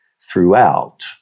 throughout